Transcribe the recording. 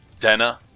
Denna